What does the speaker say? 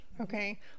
okay